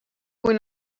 kui